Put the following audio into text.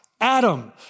Adam